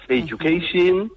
education